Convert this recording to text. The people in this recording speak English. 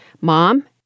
Mom